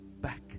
back